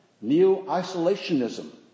Neo-isolationism